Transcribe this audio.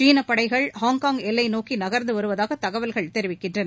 சீன படைகள் ஹாங்காங் எல்லை நோக்கி நகர்ந்து வருவதாக தகவல்கள் தெரிவிக்கின்றன